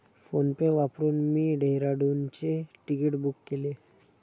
PhonePe वापरून मी डेहराडूनचे तिकीट बुक केले